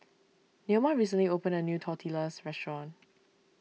Neoma recently opened a new Tortillas restaurant